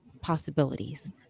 possibilities